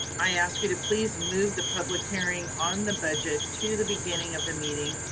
i ask you to please move the public hearing on the budget to the beginning of the meeting,